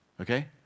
Okay